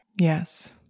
Yes